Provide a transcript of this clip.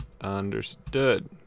Understood